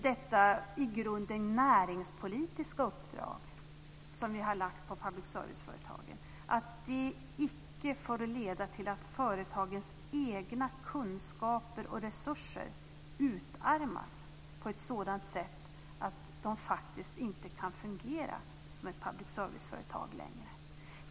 Detta i grunden näringspolitiska uppdrag som vi har lagt på public service-företagen får icke leda till att företagens egna kunskaper och resurser utarmas på ett sådant sätt att de faktiskt inte kan fungera som ett public serviceföretag längre.